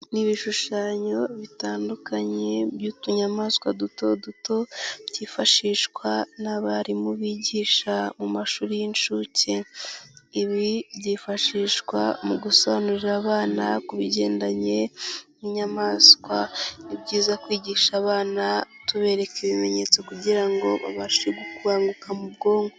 Ni ibishushanyo bitandukanye by'utunyamaswa duto duto byifashishwa n'abarimu bigisha mu mashuri y'inshuke, ibi byifashishwa mu gusobanurira abana ku bigendanye n'inyamaswa. Ni byiza kwigisha abana tubereka ibimenyetso kugira ngo babashe kubanguka mu bwonko.